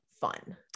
fun